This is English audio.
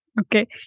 Okay